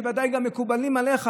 שוודאי מקובלים גם עליך,